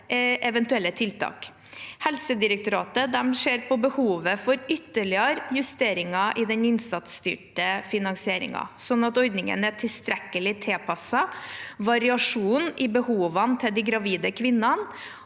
eventuelle tiltak. Helsedirektoratet ser på behovet for ytterligere justeringer i den innsatsstyrte finansieringen, slik at ordningen er tilstrekkelig tilpasset variasjonen i behovene til de gravide kvinnene